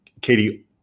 Katie